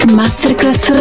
masterclass